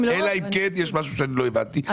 אלא אם כן יש משהו שלא הבנתי.